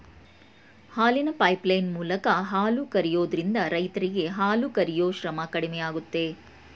ಹಾಲಿನ ಪೈಪ್ಲೈನ್ ಮೂಲಕ ಹಾಲು ಕರಿಯೋದ್ರಿಂದ ರೈರರಿಗೆ ಹಾಲು ಕರಿಯೂ ಶ್ರಮ ಕಡಿಮೆಯಾಗುತ್ತೆ